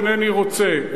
אינני רוצה.